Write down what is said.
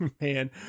Man